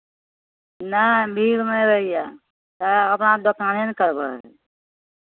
नहि भीड़ नहि रहैए अपना दोकाने ने करबै